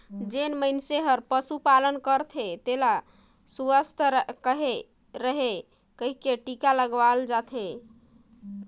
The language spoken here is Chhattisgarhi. जेन मइनसे हर पसु पालन करथे तेला सुवस्थ रहें कहिके टिका लगवावत रथे